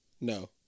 No